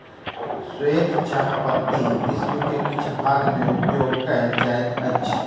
श्वेत चाह पत्ती विश्व के किछ भाग में उपयोग कयल जाइत अछि